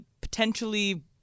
potentially